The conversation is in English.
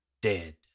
dead